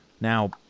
Now